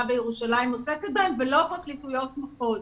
בירושלים עוסקת בהם ולא פרקליטויות מחוז.